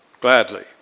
gladly